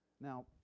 Now